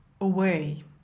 away